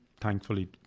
thankfully